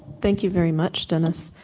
thank you very much, dennis.